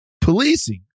Policing